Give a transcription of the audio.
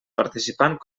participant